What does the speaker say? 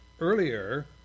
earlier